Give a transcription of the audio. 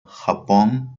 japón